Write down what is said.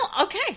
okay